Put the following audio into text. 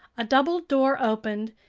a double door opened,